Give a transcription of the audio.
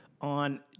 on